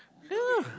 yeah